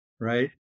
right